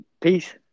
Peace